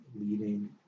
leading